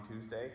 Tuesday